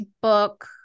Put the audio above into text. book